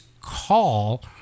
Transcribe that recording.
call –